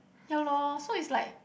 ya lor so it's like